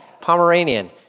Pomeranian